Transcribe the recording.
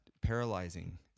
paralyzing